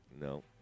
no